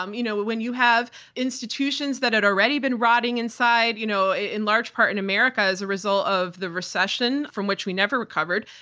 um you know but when you have institutions that had already been rotting inside, you know in large part in america as a result of the recession from which we never recovered,